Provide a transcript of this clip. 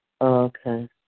Okay